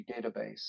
database